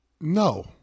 No